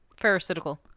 Parasitical